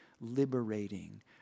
liberating